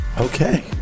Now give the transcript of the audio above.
Okay